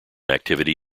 activity